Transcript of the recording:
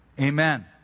amen